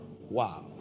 Wow